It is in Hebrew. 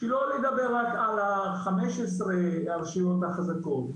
שלא לדבר רק על ה-15 הרשויות החזקות.